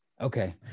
Okay